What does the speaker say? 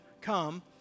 come